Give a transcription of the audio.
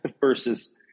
versus